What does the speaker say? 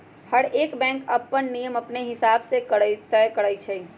हरएक बैंक अप्पन नियम अपने हिसाब से तय करई छई